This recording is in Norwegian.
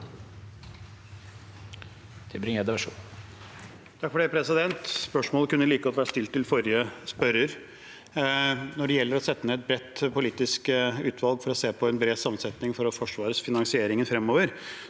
(FrP) Spørs- målet kunne like godt vært stilt til forrige spørrer. Når det gjelder å sette ned et bredt politisk utvalg for å se på en bred sammensetning for Forsvarets finansiering fremover,